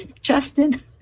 Justin